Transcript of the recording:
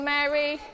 Mary